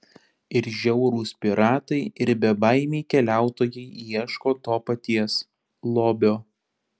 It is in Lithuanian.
ir žiaurūs piratai ir bebaimiai keliautojai ieško to paties lobio